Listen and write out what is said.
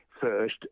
first